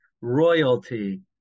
royalty